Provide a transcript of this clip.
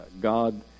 God